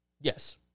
Yes